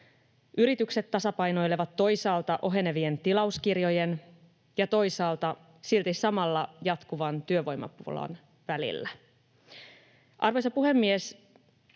Yritykset tasapainoilevat toisaalta ohenevien tilauskirjojen ja silti toisaalta samalla jatkuvan työvoimapulan välillä. Arvoisa puhemies!